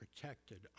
protected